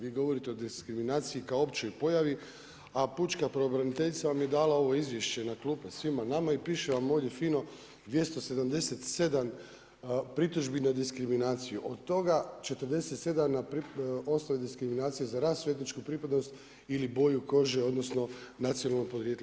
Vi govorite o diskriminaciji kao općoj pojavi, a pučka pravobraniteljica vam je dala izvješće na klupe, svima nama, i piše vam ovdje fino 277 pritužbi na diskriminaciju, od toga 47 na osnovu diskriminacije za rasnu etičku pripadnost ili boju kože, odnosno, nacionalno poprijeko.